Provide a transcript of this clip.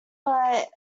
but